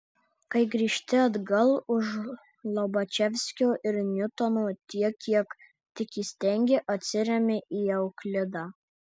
kai grįžti atgal už lobačevskio ir niutono tiek kiek tik įstengi atsiremi į euklidą